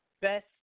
best